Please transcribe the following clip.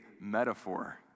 metaphor